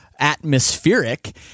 atmospheric